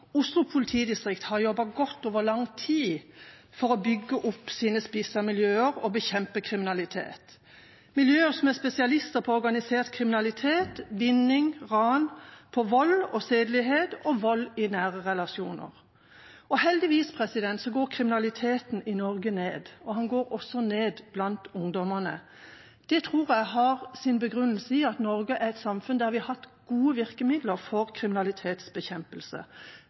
Oslo politidistrikt har jobbet godt over lang tid for å bygge opp sine spissede miljøer og bekjempe kriminalitet – miljøer som er spesialister på organisert kriminalitet, vinning, ran, vold, sedelighet og vold i nære relasjoner. Heldigvis går kriminaliteten i Norge ned, og den går også ned blant ungdommene. Det tror jeg har sin begrunnelse i at Norge er et samfunn der vi har hatt gode virkemidler for kriminalitetsbekjempelse.